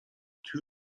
two